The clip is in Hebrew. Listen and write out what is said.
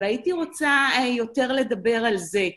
והייתי רוצה יותר לדבר על זה.